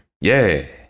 Yay